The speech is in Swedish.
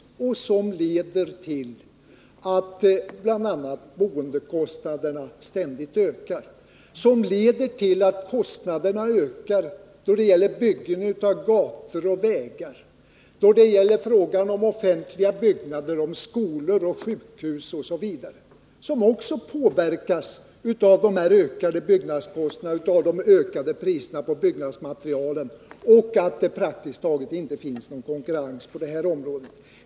De olägenheterna leder till att bl.a. boendekostnaderna ständigt ökas, de leder tillatt kostnaderna ökar då det gäller byggen av gator och vägar, då det gäller offentliga byggnader — skolor och sjukhus osv. — som också påverkas av de ökade byggnadskostnaderna och de ökade priserna på byggnadsmaterial samt av att det praktiskt taget inte finns någon konkurrens på det här området.